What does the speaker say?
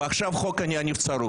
ועכשיו חוק הנבצרות.